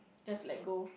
just let go